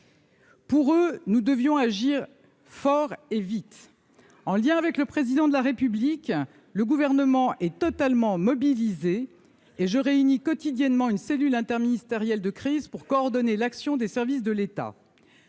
Pour eux, nous devions agir fort et vite, en lien avec le président de la République, le gouvernement est totalement mobilisé et je réunis quotidiennement une cellule interministérielle de crise pour coordonner l'action des services de l'État